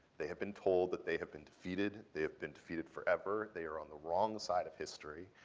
they have been told that they have been defeated. they have been defeated forever. they are on the wrong side of history.